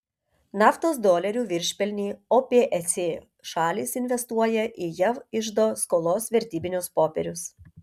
naftos dolerių viršpelnį opec šalys investuoja į jav iždo skolos vertybinius popierius